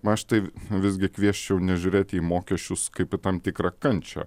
aš tai visgi kviesčiau nežiūrėti į mokesčius kaip į tam tikrą kančią